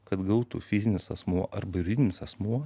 kad gautų fizinis asmuo arba juridinis asmuo